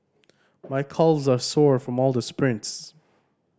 my calves are sore from all the sprints